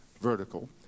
vertical